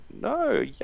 no